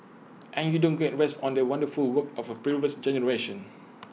and you don't get rest on the wonderful work of A previous generation